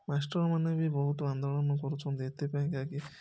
ମାଷ୍ଟରମାନେ ବି ବହୁତ ଆନ୍ଦୋଳନ କରୁଛନ୍ତି ଏଥିପାଇଁକା କି